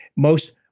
most.